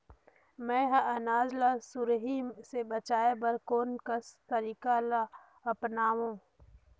मैं ह अनाज ला सुरही से बचाये बर कोन कस तरीका ला अपनाव?